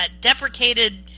deprecated